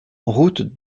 route